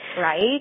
Right